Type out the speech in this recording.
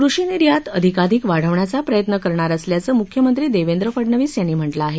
कृषी निर्यात अधिकाधिक वाढवण्याचा प्रयत्न करणार असल्याचं मुख्यमंत्री देवेंद्र फडणवीस यांनी म्हटलं आहे